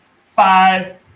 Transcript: five